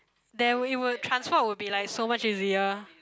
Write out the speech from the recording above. there would it would transport would be like so much easier